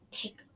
take